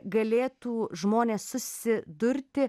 galėtų žmonės susidurti